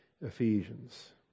Ephesians